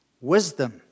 Wisdom